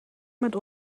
met